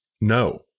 no